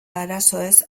arazoez